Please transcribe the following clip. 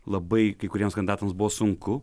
labai kai kuriems kandidatams buvo sunku